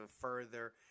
further